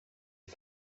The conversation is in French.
les